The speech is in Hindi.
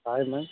हाँ जी मैम